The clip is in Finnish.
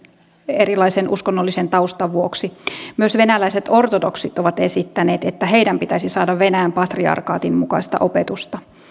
erilaisen uskonnollisen taustan vuoksi myös venäläiset ortodoksit ovat esittäneet että heidän pitäisi saada venäjän patriarkaatin mukaista opetusta